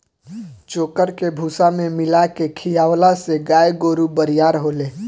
चोकर के भूसा में मिला के खिआवला से गाय गोरु बरियार होले